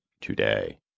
today